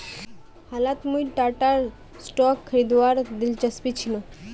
हालत मुई टाटार स्टॉक खरीदवात दिलचस्प छिनु